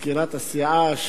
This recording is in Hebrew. מזכירת הסיעה,